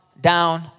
down